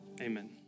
Amen